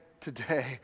today